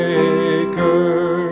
Maker